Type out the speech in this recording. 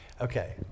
Okay